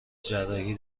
جراحی